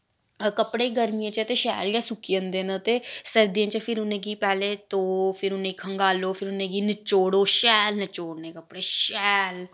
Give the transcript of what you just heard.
कपड़े गर्मिये च ते शैल गै सुक्की जंदे न ते सर्दियें च फिर उ'नें गी पैह्लें धोह् फिर उ'नें गी खंगालो फिर उ'नें गी नचोड़ो शैल नचोड़ने कपड़े शैल